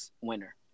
winner